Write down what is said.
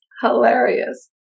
hilarious